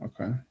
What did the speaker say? Okay